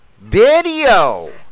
Video